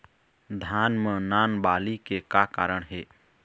धान म नान बाली के का कारण हे?